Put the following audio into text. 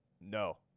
no